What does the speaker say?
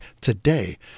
today